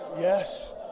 yes